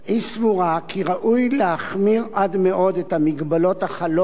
היא סבורה כי ראוי להחמיר עד מאוד את המגבלות החלות